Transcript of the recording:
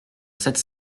sept